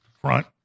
front